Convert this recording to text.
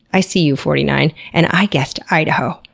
i see you, forty nine. and i guessed idaho.